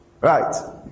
right